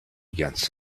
against